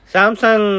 Samsung